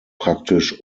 praktisch